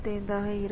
25 ஆக இருக்கும்